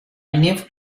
never